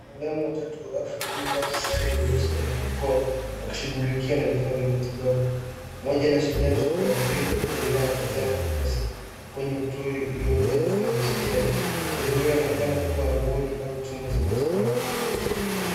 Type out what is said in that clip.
Wataalam watatu wa afya waliovaa sare nyeusi na barakoa, wakishughulikia na vifaa vya matibabu. Mmoja anashikilia chupa ya dripu, mwingine anatazama karatasi, kwenye troli iliyojaa vifaa vya hospitali. Saa zingine inaonekana kuwa wadi au chumba cha matibabu.